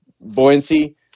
buoyancy